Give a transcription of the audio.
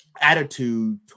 attitude